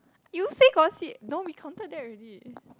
you said gossip no we counted that already